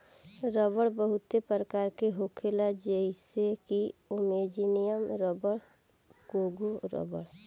रबड़ बहुते प्रकार के होखेला जइसे कि अमेजोनियन रबर, कोंगो रबड़